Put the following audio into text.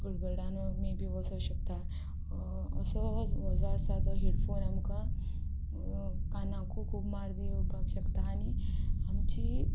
गडगडान मे बी वचोंक शकता असो जो आसा तो हेडफोन आमकां कानाकू खूब मार्दी येवपाक शकता आनी आमची